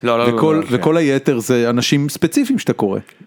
וכל היתר זה אנשים ספציפיים שאתה קורא.